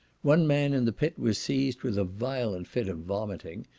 one man in the pit was seized with a violent fit of vomiting,